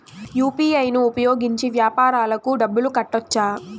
UPI ను ఉపయోగించి వ్యాపారాలకు డబ్బులు కట్టొచ్చా?